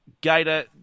Gator